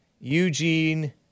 Eugene